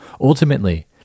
Ultimately